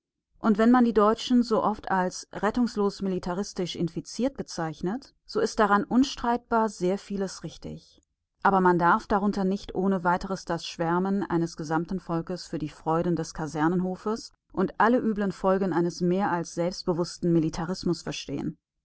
und wenn man die deutschen so oft als rettungslos militaristisch infiziert bezeichnet so ist daran unstreitbar sehr vieles richtig aber man darf darunter nicht ohne weiteres das schwärmen eines gesamten volkes für die freuden des kasernenhofes und alle üblen folgen eines mehr als selbstbewußten militarismus verstehen